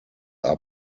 are